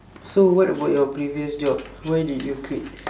so what about your previous job why did you quit